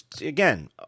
again